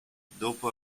dopo